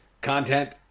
content